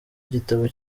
igitabo